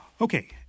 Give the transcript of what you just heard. Okay